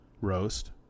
roast